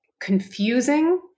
confusing